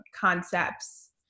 concepts